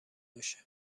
باشه